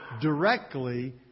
directly